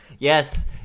Yes